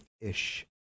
ish